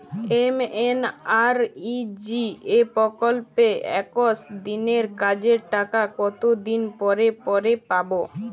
MNREGA প্রকল্পে একশ দিনের কাজের টাকা কতদিন পরে পরে পাব?